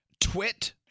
Twit